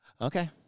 Okay